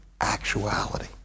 actuality